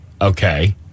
Okay